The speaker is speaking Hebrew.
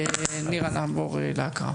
ונירה תעבור להקראה.